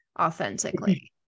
authentically